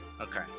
Okay